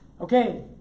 Okay